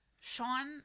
Sean